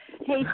Hey